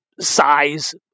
size